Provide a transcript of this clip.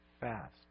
fast